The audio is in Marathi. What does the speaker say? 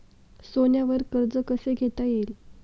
सोन्यावर कर्ज कसे घेता येईल?